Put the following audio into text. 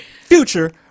future